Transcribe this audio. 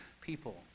people